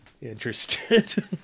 interested